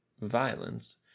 violence